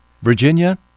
Virginia